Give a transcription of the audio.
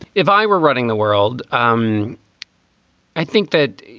if i were running the world. um i think that,